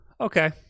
Okay